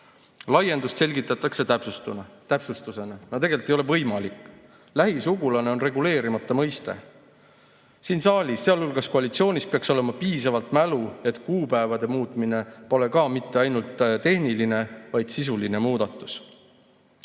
Laiendust selgitatakse täpsustusena. No tegelikult ei ole nii võimalik. Lähisugulane on reguleerimata mõiste. Siin saalis, sealhulgas koalitsioonis, peaks olema piisavalt mälu, et kuupäevade muutmine pole ka mitte ainult tehniline, vaid sisuline muudatus.